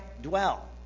dwell